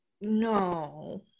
No